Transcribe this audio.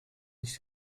nicht